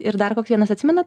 ir dar koks vienas atsimenat